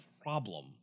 problem